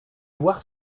voir